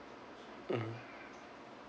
mmhmm